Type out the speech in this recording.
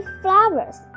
flowers